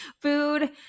food